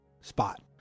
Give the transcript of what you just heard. spot